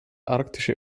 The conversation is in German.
arktische